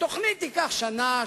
התוכנית תיקח שנה,